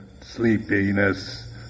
sleepiness